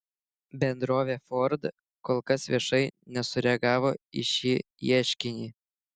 bendrovė ford kol kas viešai nesureagavo į šį ieškinį